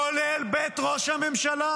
כולל בית ראש הממשלה